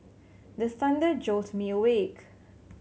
the thunder jolt me awake